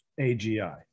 agi